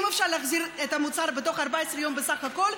אם אפשר להחזיר את המוצר בתוך 14 יום בסך הכול,